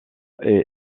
est